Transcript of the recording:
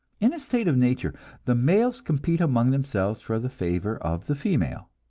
in a state of nature the males compete among themselves for the favor of the female.